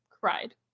cried